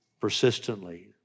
persistently